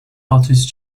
artist